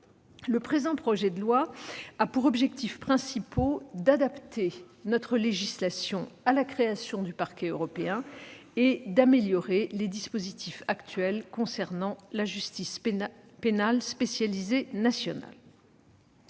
Le présent projet de loi a pour objectifs principaux d'adapter notre législation à la création du Parquet européen et d'améliorer les dispositifs actuels concernant la justice pénale spécialisée nationale.